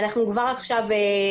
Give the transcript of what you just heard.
ראש השנה,